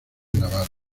navales